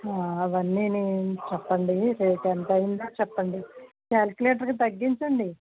అవన్నీని చెప్పండి రేట్ ఎంత అయిందో చెప్పండి క్యాలిక్యులేటర్కి తగ్గించండి